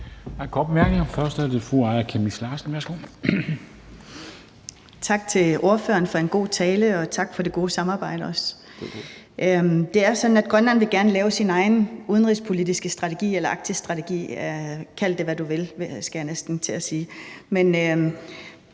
Tak til ordføreren for en god tale, og også tak for det gode samarbejde. Det er sådan, at Grønland gerne vil lave sin egen udenrigspolitiske strategi